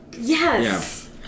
Yes